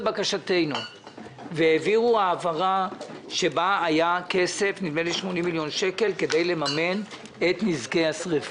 לבקשתנו והעבירו העברה של 80 מיליון שקלים כדי לממן את נזקי השריפה.